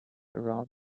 around